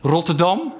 Rotterdam